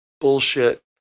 bullshit